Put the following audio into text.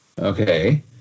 Okay